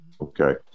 Okay